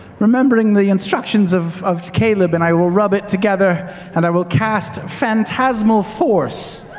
remembering the instructions of of caleb and i will rub it together and i will cast phantasmal force